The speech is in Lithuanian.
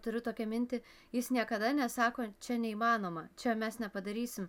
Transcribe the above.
turiu tokią mintį jis niekada nesako čia neįmanoma čia mes nepadarysim